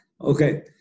okay